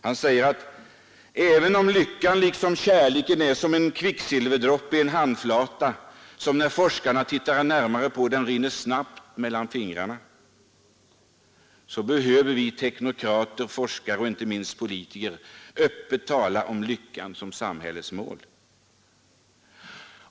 Han säger att även om lyckan liksom kärleken är som en kvicksilverdroppe i en handflata som, när forskarna tittar närmare på den, rinner snabbt ut mellan fingrarna, så behöver vi teknokrater, forskare och inte minst politiker öppet tala om lyckan som samhällets mål.